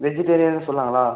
வெஜிடேரியன்னு சொன்னாங்களா